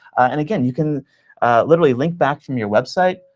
and again, you can literally link back from your website.